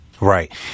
Right